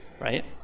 right